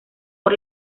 por